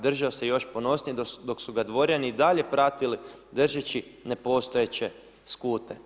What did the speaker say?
Držao se još ponosnije dok su ga dvorjani dalje pratili držeći ne postojeće skute.